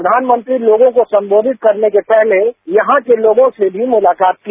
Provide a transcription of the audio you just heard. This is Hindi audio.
प्रधानमंत्री लोगों को संबोधित करने के पहले यहां के लोगों से भी मुलाकात की